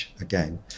again